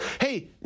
Hey